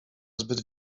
zbyt